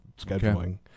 scheduling